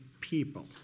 people